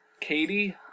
Katie